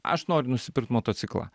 aš noriu nusipirkt motociklą